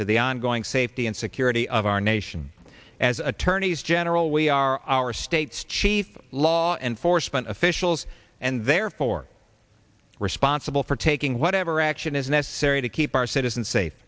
to the ongoing safety and security of our nation as attorneys general we are our state's chief law enforcement officials and therefore responsible for taking whatever action is necessary to keep our citizens safe